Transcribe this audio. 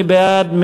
מי בעד?